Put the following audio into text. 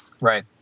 Right